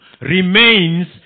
remains